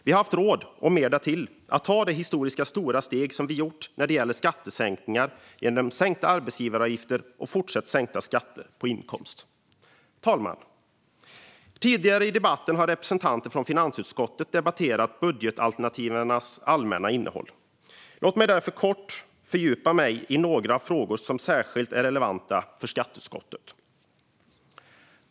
Vi har haft råd, och mer därtill, att ta de historiskt stora steg som vi gjort när det gäller skattesänkningar, genom sänkta arbetsgivaravgifter och fortsatt sänkta skatter på inkomster. Fru talman! Tidigare i debatten har representanter från finansutskottet debatterat budgetalternativens allmänna innehåll. Låt mig därför kort fördjupa mig i några frågor som är särskilt relevanta för skatteutskottet.